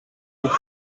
would